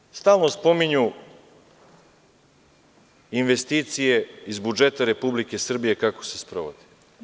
Recimo, stalno spominju investicije iz budžeta Republike Srbije kako se sprovodi.